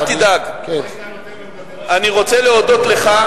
אני רוצה להודות לך.